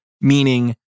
Meaning